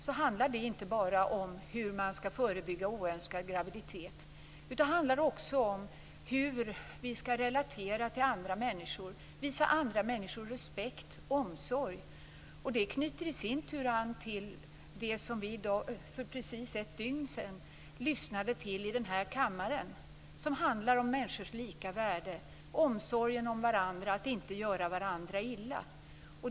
Det handlar inte bara om hur man skall förebygga oönskad graviditet utan också om hur vi skall relatera till andra människor, visa andra människor respekt och omsorg. Detta knyter i sin tur an till det som vi för precis ett dygn sedan lyssnade till i kammaren. Det handlade om människors lika värde, omsorg om varandra, att inte göra varandra illa.